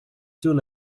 soon